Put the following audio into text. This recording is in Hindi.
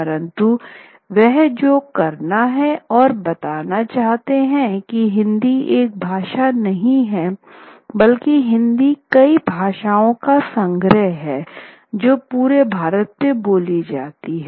परंतु वह जो करना और बताने चाहते है की हिंदी एक भाषा नहीं है बल्कि हिंदी कई भाषाओं का संग्रह है जो पूरे भारत में बोली जाती हैं